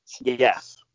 Yes